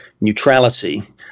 neutrality